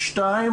ודבר שני,